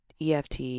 EFT